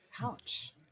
Ouch